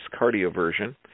cardioversion